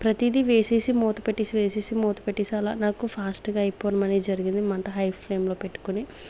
ప్రతిదీ వేసేసి మూత పెట్టేసి వేసేసి మూతి పెట్టేసా అలా నాకు ఫాస్ట్ గా అయిపోవడం అనేది జరిగేది మంట హై ఫ్లేమ్ లో పెట్టుకొని